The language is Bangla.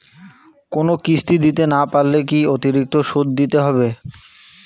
কোনো কিস্তি দিতে না পারলে কি অতিরিক্ত সুদ দিতে হবে?